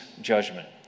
judgment